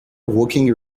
walking